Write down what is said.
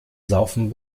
saufen